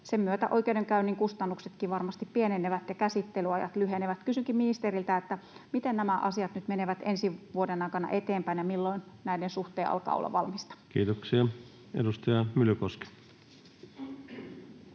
sen myötä oikeudenkäynnin kustannuksetkin varmasti pienenevät ja käsittelyajat lyhenevät. Kysynkin ministeriltä: miten nämä asiat nyt menevät ensi vuoden aikana eteenpäin ja milloin näiden suhteen alkaa olla valmista? [Speech 143] Speaker: